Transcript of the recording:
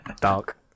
dark